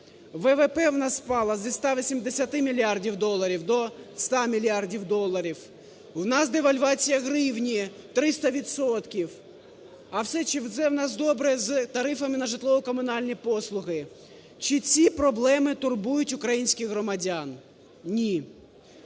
ВВП в нас впало зі 180 мільярдів доларів до 100 мільярдів доларів. В нас девальвація гривні 300 відсотків. А чи все в нас добре з тарифами на житлово-комунальні послуги? Чи ці проблеми турбують українських громадян? Ні.